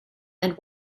and